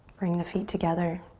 bring the feet together,